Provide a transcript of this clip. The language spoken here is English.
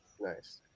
Nice